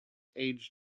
age